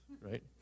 right